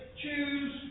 Choose